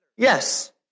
Yes